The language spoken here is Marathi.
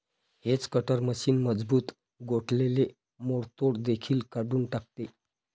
हेज कटर मशीन मजबूत गोठलेले मोडतोड देखील काढून टाकते